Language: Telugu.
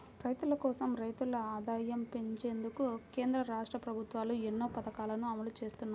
రైతుల కోసం, రైతుల ఆదాయం పెంచేందుకు కేంద్ర, రాష్ట్ర ప్రభుత్వాలు ఎన్నో పథకాలను అమలు చేస్తున్నాయి